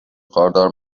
خاردار